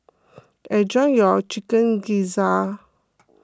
enjoy your Chicken Gizzard